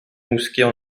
mousquets